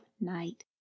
night